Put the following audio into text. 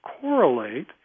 correlate